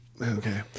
Okay